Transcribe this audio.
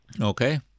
Okay